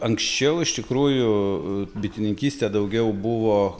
anksčiau iš tikrųjų bitininkystė daugiau buvo